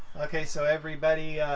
okay. so everybody,